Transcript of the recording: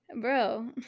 bro